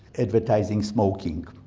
advertising smoking,